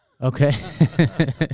Okay